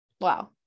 Wow